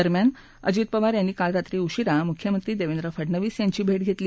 दरम्यान अजित पवार यांनी काल रात्री उशीरा मुख्यमंत्री देवेंद्र फडनवीस यांची भेट घेतली